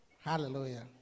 Hallelujah